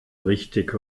richtig